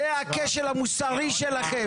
זה הכשל המוסרי שלכם,